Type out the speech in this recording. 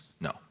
No